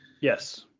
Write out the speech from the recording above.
Yes